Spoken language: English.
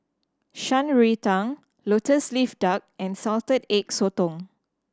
Shan Rui Tang Lotus Leaf Duck and Salted Egg Sotong